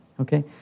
okay